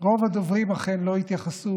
הדוברים אכן לא התייחסו